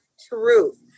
truth